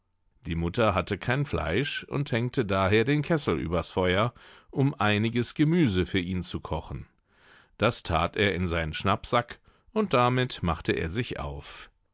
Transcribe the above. die mutter hatte kein fleisch und hängte daher den kessel über's feuer um einiges gemüse für ihn zu kochen das that er in seinen schnappsack und damit machte er sich auf